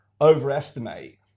overestimate